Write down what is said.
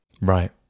Right